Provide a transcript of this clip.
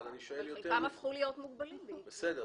אבל אני שואל יותר --- וחלקם הפכו להיות מוגבלים בעקבות --- בסדר.